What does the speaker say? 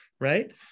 right